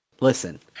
Listen